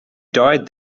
died